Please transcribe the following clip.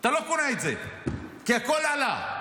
אתה לא קונה את זה, כי הכול עלה.